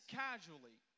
casually